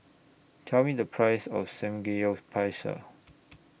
Tell Me The Price of Samgeyopsal